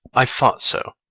i thought so!